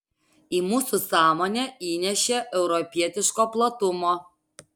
į mūsų sąmonę įnešė europietiško platumo